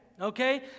okay